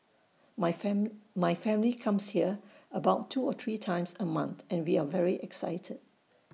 my my family comes here about two or three times A month and we are very excited